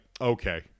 okay